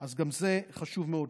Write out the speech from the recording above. אז גם זה חשוב מאוד,